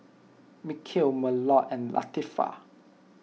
Mikhail Melur and Latifa